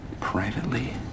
privately